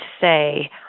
say